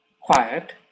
quiet